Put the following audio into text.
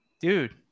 Dude